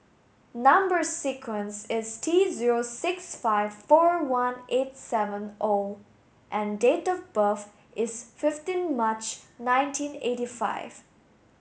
number sequence is T zero six five four one eight seven O and date of birth is fifteen March nineteen eighty five